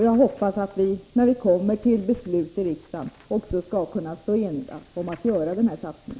Jag hoppas att vi när vi kommer till beslut i riksdagen också skall kunna stå eniga om att göra denna satsning.